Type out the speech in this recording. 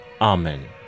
Amen